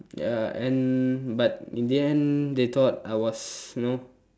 ya and but in the end they thought I was you know